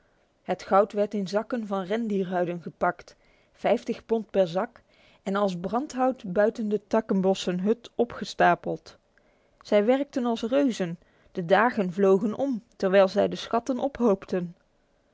het goud werd in zakken van rendierhuid gepakt vijftig pond per zak en als brandhout buiten de takkenbossen hut opgestapeld zij werkten als reuzen de dagen vlogen om terwijl zij de schatten ophoopten